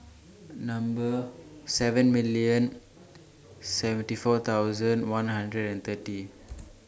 Number seven million seventy four thousand one hundred and thirty